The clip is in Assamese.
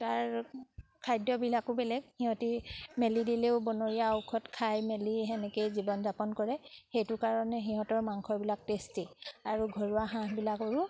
তাৰ খাদ্যবিলাকো বেলেগ সিহঁতি মেলি দিলেও বনৰীয়া ঔষধ খাই মেলি সেনেকৈয়ে জীৱন যাপন কৰে সেইটো কাৰণে সিহঁতৰ মাংসবিলাক টেষ্টি আৰু ঘৰুৱা হাঁহবিলাকৰো